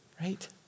right